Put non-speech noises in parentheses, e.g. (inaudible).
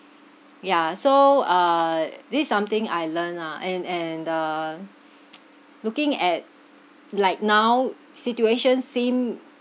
yeah so uh this is something I learn lah and and uh (noise) looking at like now situation seem